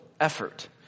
effort